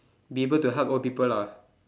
be able to help old people ah